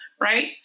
right